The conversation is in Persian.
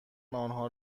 آنها